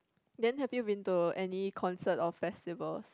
then have you been to any concert or festivals